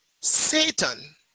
Satan